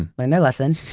and learned their lesson.